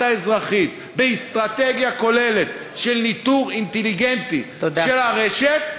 האזרחית לאסטרטגיה כוללת של ניטור אינטליגנטי של הרשת,